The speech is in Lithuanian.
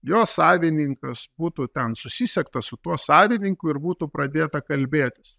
jo savininkas būtų ten susisiekta su tuo savininku ir būtų pradėta kalbėtis